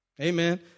Amen